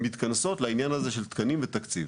מתכנסות לעניין הזה של תקנים ותקציב.